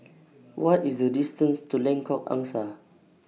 What IS The distance to Lengkok Angsa